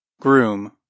Groom